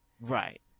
Right